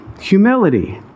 humility